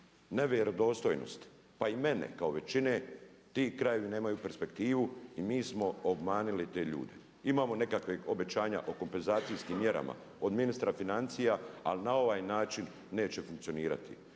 nevjerodostojnosti, pa i mene kao većine ti krajevi nemaju perspektivu i mi smo obmanuli te ljude. Imamo nekakva obećanja o kompenzacijskim mjerama od ministra financija, ali na ovaj način neće funkcionirati.